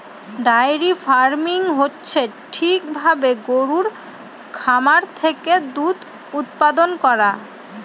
diary farming হচ্ছে ঠিক ভাবে গরুর খামার থেকে দুধ উৎপাদান করা